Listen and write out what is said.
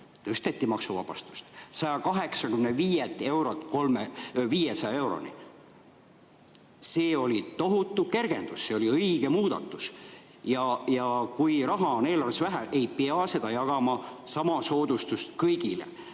tõsteti maksuvabastust! – 185 eurolt 500 euroni. See oli tohutu kergendus. See oli õige muudatus. Ja kui raha on eelarves vähe, ei pea seda jagama, sama soodustust kõigile.